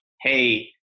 hey